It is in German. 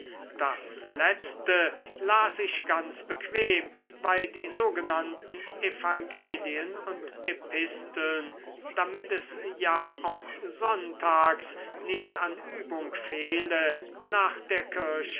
das letzte las ich ganz bequem weil die sogenannten evangelien und episteln damit es ja auch sonntags nicht an übung fehle nach der kirche